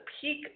peak